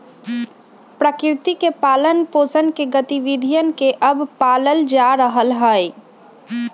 प्रकृति के पालन पोसन के गतिविधियन के अब पाल्ल जा रहले है